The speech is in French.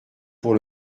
pour